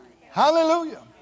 Hallelujah